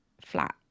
flat